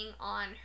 on